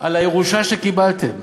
על הירושה שקיבלתם.